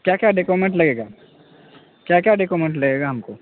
کیا کیا ڈیکومنٹ لگے گا کیا کیا ڈیکومنٹ لگے گا ہم کو